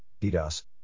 DDoS